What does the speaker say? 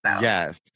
Yes